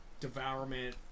Devourment